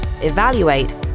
Evaluate